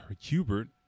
Hubert